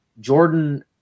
Jordan